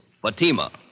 Fatima